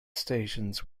stations